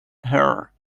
her